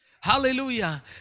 Hallelujah